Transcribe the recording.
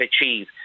achieve